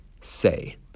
say